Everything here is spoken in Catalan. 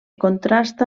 contrasta